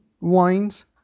wines